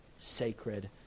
sacred